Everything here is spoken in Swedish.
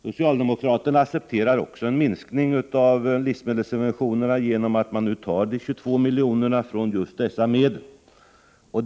Socialdemokraterna accepterar också en minskning av livsmedelssubventionerna genom att de nu tar de 22 miljonerna just från dessa medel.